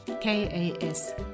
k-a-s